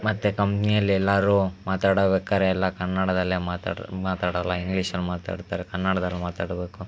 ಮತ್ತು ಕಂಪ್ನೀಯಲ್ಲಿ ಎಲ್ಲರೂ ಮಾತಾಡಬೇಕಾದ್ರೆ ಎಲ್ಲ ಕನ್ನಡದಲ್ಲೇ ಮಾತಾಡಿ ಮಾತಾಡೋಲ್ಲ ಇಂಗ್ಲೀಷಲ್ಲಿ ಮಾತಾಡ್ತಾರೆ ಕನ್ನಡ್ದಲ್ಲಿ ಮಾತಾಡಬೇಕು